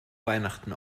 weihnachten